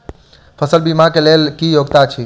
फसल बीमा केँ लेल की योग्यता अछि?